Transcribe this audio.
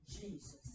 Jesus